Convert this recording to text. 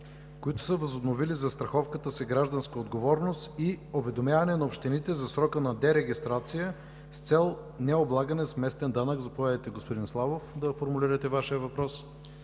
които са възобновили застраховката си „Гражданска отговорност” и уведомяване на общините за срока на дерегистрация, с цел необлагане с местен данък. Господин Славов, заповядайте да формулирате Вашия въпрос.